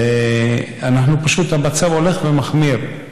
ופשוט המצב הולך ומחמיר,